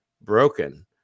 broken